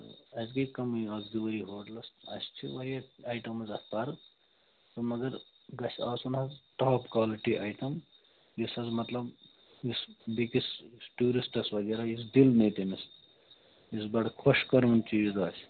اَسہِ گٔے کَمٕے اَکھ زٕ ؤری ہوٹلَس اَسہِ چھِ واریاہ آیٹَمٕز اَتھ پَرٕ تہٕ مگر گژھِ آسُن حظ ٹاپ کالٹی آیٹَم یُس حظ مطلب یُس بیٚکِس ٹوٗرِسٹَس وغیرہ یُس دِل نِیہِ تٔمِس یُس بَڑٕ خۄش کَروُن چیٖز آسہِ